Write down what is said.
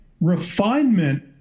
refinement